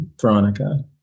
Veronica